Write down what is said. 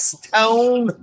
S-Tone